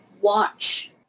watch